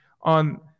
on